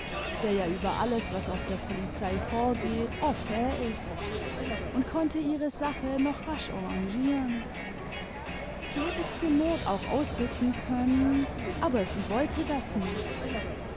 der ja über alles was auf der polizei vorgeht au fait ist und konnte ihre sache noch rasch arrangieren sie hätte zur not auch ausrücken können aber sie wollte das nicht